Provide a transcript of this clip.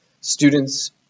students